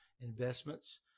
Investments